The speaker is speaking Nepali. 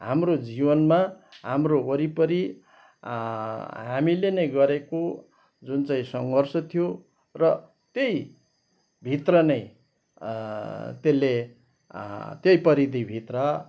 हाम्रो जीवनमा हाम्रो वरिपरि हामीले नै गरेको जुन चाहिँ सङ्घर्ष थियो र त्यहीभित्र नै त्यसले त्यही परिधिभित्र